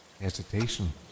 hesitation